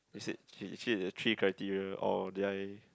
is it actually a three criteria or did I